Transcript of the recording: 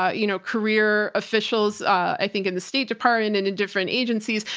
ah you know, career officials. ah, i think in the state department, in a different agencies,